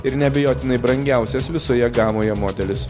ir neabejotinai brangiausias visoje gamoje modelis